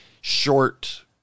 short